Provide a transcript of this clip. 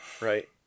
Right